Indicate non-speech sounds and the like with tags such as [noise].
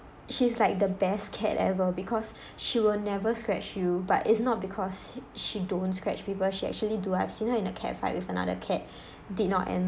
she's like the best cat ever because [breath] she will never scratch you but it's not because she don't scratch people she actually do I've seen her in a cat fight with another cat [breath] did not end